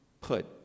put